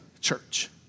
church